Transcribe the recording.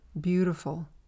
beautiful